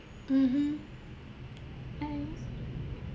mmhmm thanks